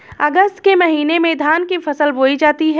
अगस्त के महीने में धान की फसल बोई जाती हैं